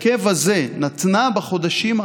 בהרכב הזה,